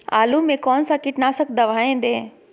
आलू में कौन सा कीटनाशक दवाएं दे?